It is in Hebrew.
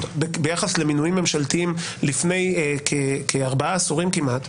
ביחס למינויים ממשלתיים לפני כארבעה עשורים כמעט,